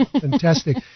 fantastic